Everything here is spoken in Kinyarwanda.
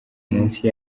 munsi